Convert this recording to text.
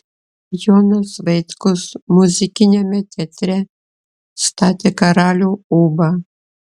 jonas vaitkus muzikiniame teatre statė karalių ūbą